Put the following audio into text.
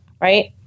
Right